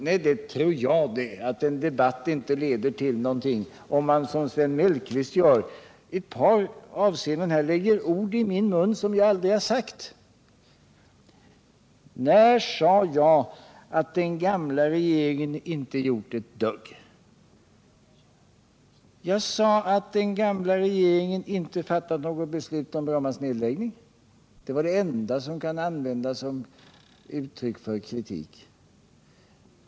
Nej, det tror jag — att en debatt inte leder till någonting om man, som Sven Mellqvist gör, i ett par avseenden lägger ord i min mun som jag aldrig har sagt. När sade jag att den gamla regeringen inte gjort ett dugg? Jag sade att den gamla regeringen inte fattat något beslut om Brommas nedläggning. Det var det enda som kan användas som uttryck för kritik.